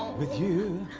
with you.